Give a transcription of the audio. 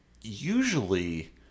usually